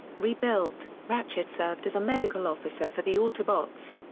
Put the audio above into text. rebuilt, ratchet served as a medical officer for the autobots.